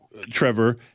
Trevor